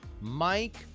Mike